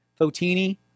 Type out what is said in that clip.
Fotini